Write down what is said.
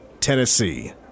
Tennessee